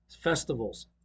festivals